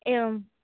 एवं